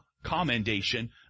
commendation